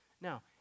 Now